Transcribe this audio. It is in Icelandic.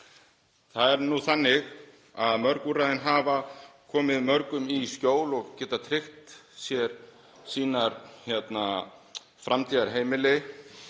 Það er nú þannig að mörg úrræðin hafa komið mörgum í skjól og sem hafa getað tryggt sér og sínum framtíðarheimili